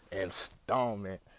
installment